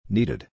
Needed